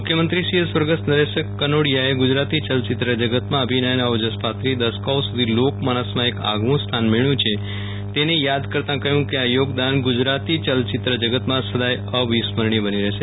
મુખ્યમંત્રીશ્રીએ સ્વગર્સ્થ નરેશ કનોડિયા એ ગુજરાતી ચલચિત્ર જગતમાં અભિનયના ઓજસ પાથરી દસકાઓ સુધી લોક માનસમાં એક આગવુ સ્થાન મેળવ્યુ છે તેને યાદ કરતા કહ્યુ કે આ યોગદાન ગુજરાતી યલચિત્ર જગતમાં સદાય અવિસ્મરણીય બની રહેશે